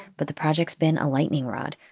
but the project's been a lightning rod.